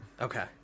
Okay